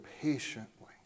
patiently